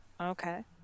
Okay